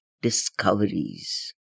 discoveries